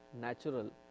natural